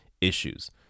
issues